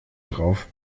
drauf